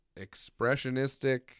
expressionistic